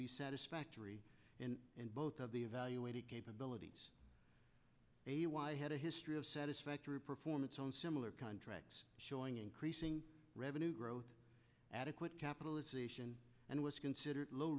be satisfactory and both of the evaluated capabilities a y had a history of satisfactory performance on similar contracts showing increasing revenue growth adequate capitalization and was considered low